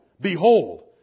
Behold